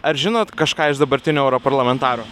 ar žinot kažką iš dabartinių europarlamentarų